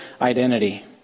identity